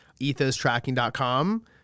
ethostracking.com